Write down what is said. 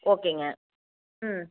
ஓகேங்க ம்